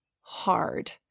hard